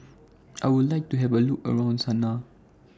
I Would like to Have A Look around Sanaa